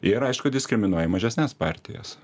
ir aišku diskriminuoja mažesnes partijas